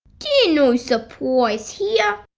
no surprise here!